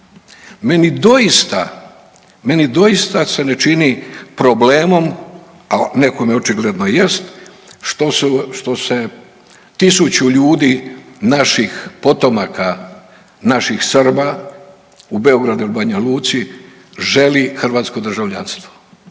meni doista se ne čini problemom, a nekome očigledno jest što se tisuću ljudi naših potomaka, naših Srba u Beogradu ili Banja Luci želi hrvatsko državljanstvo.